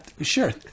Sure